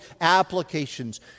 applications